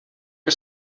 que